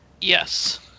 yes